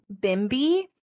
Bimbi